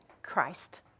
Christ